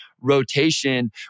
rotation